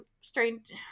strange